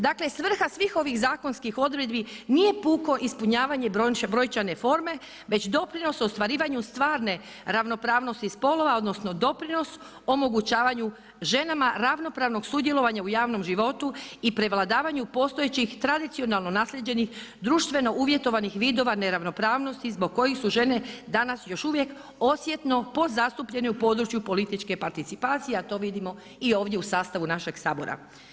Dakle, svrha svih ovih zakonskih odredbi nije puko ispunjavanje brojčane forme već doprinos ostvarivanju stvarne ravnopravnosti spolova, odnosno doprinos omogućavanju ženama ravnopravnog sudjelovanja u javnom životu i prevladavanju postojećih tradicionalno naslijeđenih društveno uvjetovanih vidova neravnopravnosti zbog kojih su žene danas još uvijek osjetno podzastupljene u području političke participacije, a to vidimo i ovdje u sastavu našeg Sabora.